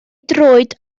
droed